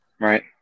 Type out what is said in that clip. Right